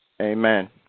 amen